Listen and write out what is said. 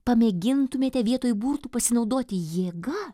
pamėgintumėte vietoj būtų pasinaudoti jėga